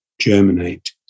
germinate